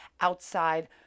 outside